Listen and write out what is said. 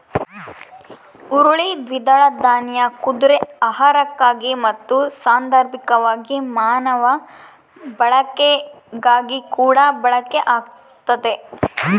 ಹುರುಳಿ ದ್ವಿದಳ ದಾನ್ಯ ಕುದುರೆ ಆಹಾರಕ್ಕಾಗಿ ಮತ್ತು ಸಾಂದರ್ಭಿಕವಾಗಿ ಮಾನವ ಬಳಕೆಗಾಗಿಕೂಡ ಬಳಕೆ ಆಗ್ತತೆ